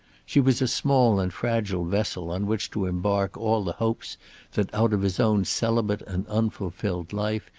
she was a small and fragile vessel on which to embark all the hopes that, out of his own celibate and unfulfilled life,